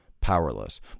powerless